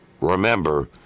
remember